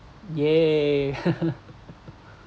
!yay!